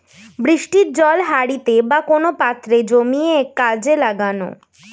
বৃষ্টির জল হাঁড়িতে বা কোন পাত্রে জমিয়ে কাজে লাগানো